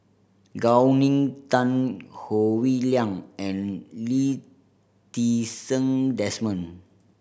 Gao Ning Tan Howe Liang and Lee Ti Seng Desmond